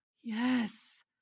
yes